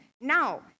Now